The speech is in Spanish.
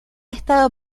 estado